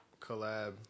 collab